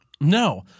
No